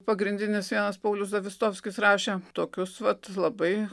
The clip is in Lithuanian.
pagrindinis janas paulius zavistovskis rašė tokius vat labai